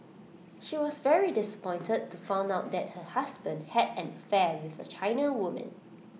she was very disappointed to find out that her husband had an affair with A China woman